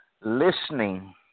listening